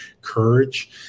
courage